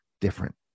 different